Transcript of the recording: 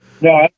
No